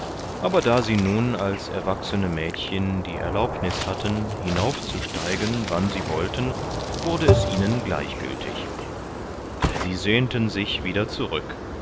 aber da sie nun als erwachsene mädchen die erlaubnis hatten hinaufzusteigen wann sie wollten wurde es ihnen gleichgültig sie sehnten sich wieder zurück